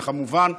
וכמובן,